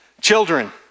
Children